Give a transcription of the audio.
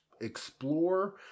explore